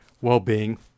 well-being